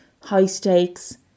high-stakes